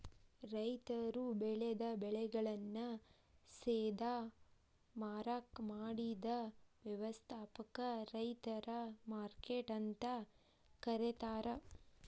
ರೈತರು ಬೆಳೆದ ಬೆಳೆಗಳನ್ನ ಸೇದಾ ಮಾರಾಕ್ ಮಾಡಿದ ವ್ಯವಸ್ಥಾಕ ರೈತರ ಮಾರ್ಕೆಟ್ ಅಂತ ಕರೇತಾರ